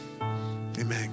Amen